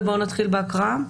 ובואו נתחיל בהקראה.